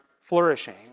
flourishing